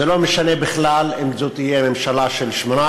זה לא משנה בכלל אם זאת תהיה ממשלה של 18